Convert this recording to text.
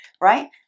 right